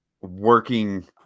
working